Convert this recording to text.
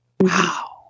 Wow